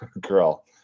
Girl